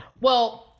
Well-